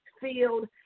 field